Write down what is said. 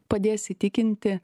padės įtikinti